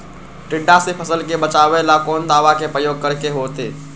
टिड्डा से फसल के बचावेला कौन दावा के प्रयोग करके होतै?